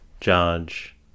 Judge